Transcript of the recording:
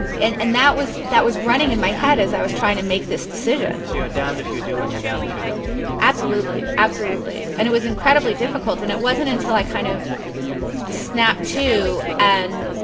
and and that was that was running in my head as i was trying to make this decision so you're damned if you do, and you're damned if you don't absolutely. absolutely. and it was incredibly difficult. and it wasn't until i kind of snapped to and